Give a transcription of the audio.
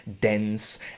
dense